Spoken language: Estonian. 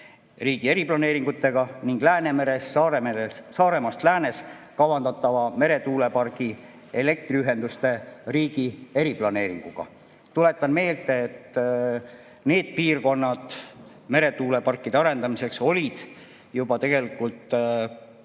riigi eriplaneeringutega ning Läänemeres, Saaremaast läänes kavandatava meretuulepargi elektriühenduste riigi eriplaneeringuga. Tuletan meelde, et need piirkonnad meretuuleparkide arendamiseks olid tegelikult